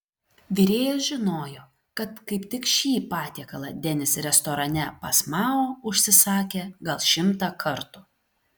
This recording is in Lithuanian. virėjas žinojo kad kaip tik šį patiekalą denis restorane pas mao užsisakė gal šimtą kartų